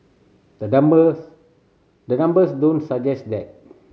the numbers the numbers don't suggest that